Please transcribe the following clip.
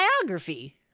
biography